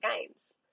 games